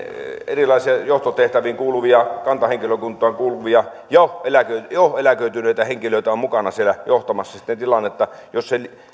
sen erilaisiin johtotehtäviin kantahenkilökuntaan kuuluvia jo eläköityneitä henkilöitä on mukana johtamassa tilannetta